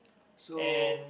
so